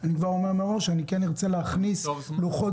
אני אומר מראש שאני ארצה להכניס לוחות